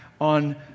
on